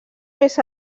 més